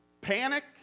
panic